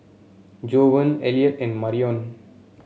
Jovan Elliot and Marion